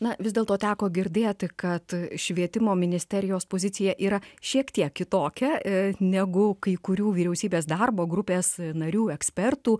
na vis dėlto teko girdėti kad švietimo ministerijos pozicija yra šiek tiek kitokia negu kai kurių vyriausybės darbo grupės narių ekspertų